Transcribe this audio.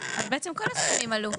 בעצם כל הסכומים עלו.